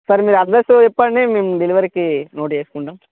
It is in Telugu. సార్ మీరు అడ్రస్ చెప్పండి మేము డెలివరీకి నోట్ చేసుకుంటాం